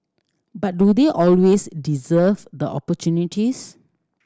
but do they always deserve the opportunities